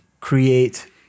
create